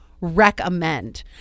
recommend